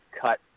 cut